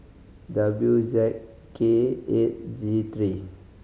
W Z K eight G three